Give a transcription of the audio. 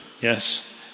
Yes